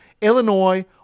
Illinois